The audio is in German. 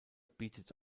bietet